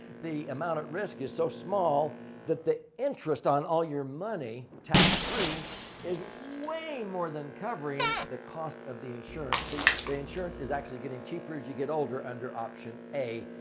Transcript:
the amount of risk is so small that the interest on all your money tax-free is way more than covering the cost of the insurance. the the insurance is actually getting cheaper as you get older under option a.